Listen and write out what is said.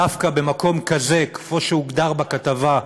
ודווקא מקום כזה, כמו שהוגדר בכתבה,